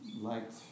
liked